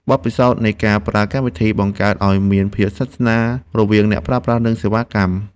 បទពិសោធន៍នៃការប្រើកម្មវិធី បង្កើតឱ្យមានភាពស្និទ្ធស្នាលរវាងអ្នកប្រើប្រាស់ និងសេវាកម្ម។